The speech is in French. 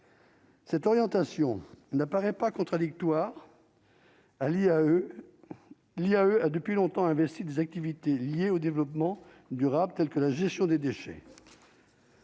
Cette orientation n'apparaît pas contradictoire. Ali à eux il y a depuis longtemps investi des activités liées au développement durable, tels que la gestion des déchets.